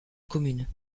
commune